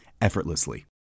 effortlessly